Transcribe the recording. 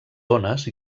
ones